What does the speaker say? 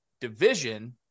division